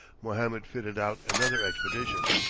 mohammed fitted out another expedition,